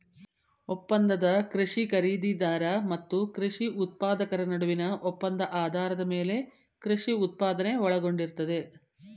ಒಪ್ಪಂದದ ಕೃಷಿ ಖರೀದಿದಾರ ಮತ್ತು ಕೃಷಿ ಉತ್ಪಾದಕರ ನಡುವಿನ ಒಪ್ಪಂದ ಆಧಾರದ ಮೇಲೆ ಕೃಷಿ ಉತ್ಪಾದನೆ ಒಳಗೊಂಡಿರ್ತದೆ